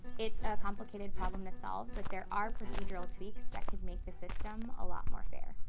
it's a complicated problem to solve but there are procedural tweaks that could make the system a lot more fair.